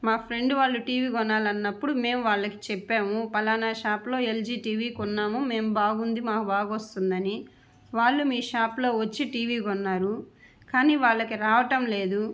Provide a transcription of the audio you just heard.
మా ఫ్రెండు వాళ్ళు టీవీ కొనాలి అన్నప్పుడు మేము వాళ్ళకి చెప్పాము పలానా షాపులో ఎల్జి టీవీ కొన్నాము మేము బాగుంది మాకు బాగా వస్తుంది అని వాళ్ళు మీ షాపులో వచ్చి టీవీ కొన్నారు కానీ వాళ్ళకి రావటం లేదు